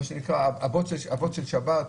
מה שנקרא "אבות של שבת",